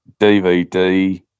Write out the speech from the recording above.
DVD